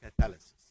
catalysis